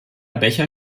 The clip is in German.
becher